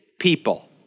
people